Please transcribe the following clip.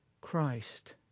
Christ